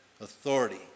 authority